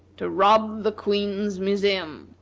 to rob the queen's museum.